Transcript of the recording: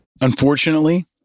Unfortunately